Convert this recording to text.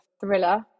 thriller